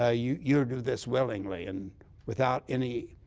ah you you do this willingly and without any